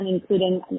including